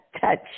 touch